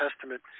testament